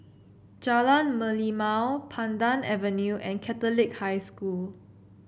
Jalan Merlimau Pandan Avenue and Catholic High School